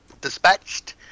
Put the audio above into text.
dispatched